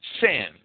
sin